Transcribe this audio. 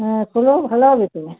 হ্যাঁ খোলো ভালো হবে তো